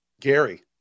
gary